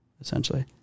essentially